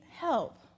help